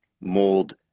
mold